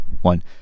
one